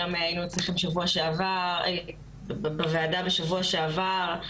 גם היינו אצלכם בוועדה שבוע שעבר.